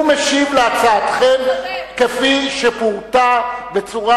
הוא משיב על הצעתכם כפי שפורטה בצורה